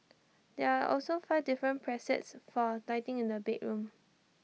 there are also five different presets for lighting in the bedroom